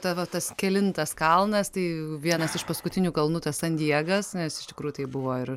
tavo tas kelintas kalnas tai vienas iš paskutinių kalnų tas san diegas nes iš tikrųjų tai buvo ir